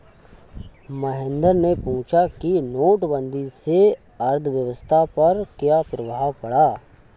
महेंद्र ने पूछा कि नोटबंदी से अर्थव्यवस्था पर क्या प्रभाव पड़ा